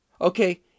Okay